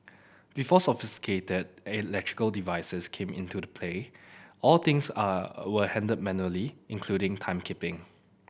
before sophisticated electrical devices came into the play all things are were handled manually including timekeeping